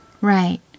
Right